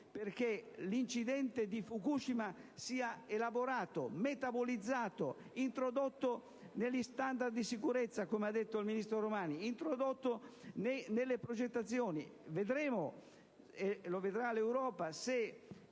perché l'incidente di Fukushima sia elaborato, metabolizzato, introdotto negli standard di sicurezza - come ha detto il ministro Romani - e nelle progettazioni. Non dimentichiamo che in Europa,